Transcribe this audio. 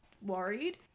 worried